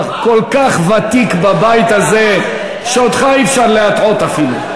אתה כל כך ותיק בבית הזה שאותך אי-אפשר להטעות אפילו.